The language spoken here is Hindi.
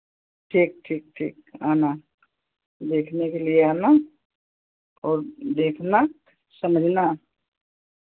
ठीक ठीक ठीक आना देखने के लिए आना और देखना समझना